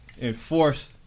Enforce